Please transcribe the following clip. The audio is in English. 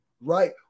right